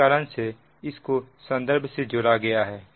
इस कारण से इस को संदर्भ से जोड़ा गया है